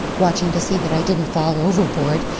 watching to see that i didn't fall overboard.